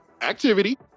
activity